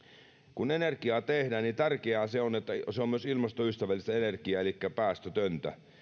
kun energiaa tehdään niin tärkeää on että se on myös ilmastoystävällistä energiaa elikkä päästötöntä